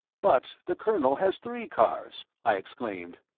but the colonel has three cars, i exclaimed.